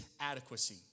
adequacy